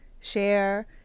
share